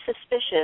suspicious